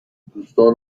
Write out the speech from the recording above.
دوستان